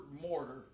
mortar